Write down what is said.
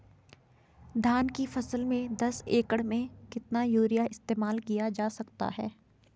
धान की फसल में दस एकड़ में कितना यूरिया इस्तेमाल किया जा सकता है?